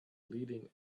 leading